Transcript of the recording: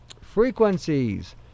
frequencies